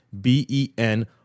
b-e-n